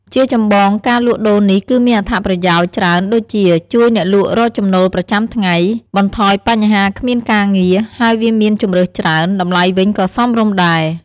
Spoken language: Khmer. ជាចម្បង ការលក់ដូរនេះគឺមានអត្ថប្រយោជន៍ច្រើនដូចជា ជួយអ្នកលក់រកចំណូលប្រចាំថ្ងៃ បន្ថយបញ្ហាគ្មានការងារ ហើយវាមានជម្រើសច្រើន តម្លៃវិញក៏សមរម្យដែរ។